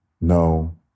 No